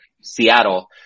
Seattle